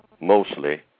Mostly